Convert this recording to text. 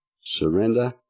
Surrender